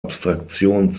abstraktion